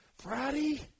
Friday